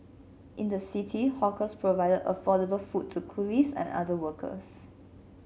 in the city hawkers provided affordable food to coolies and other workers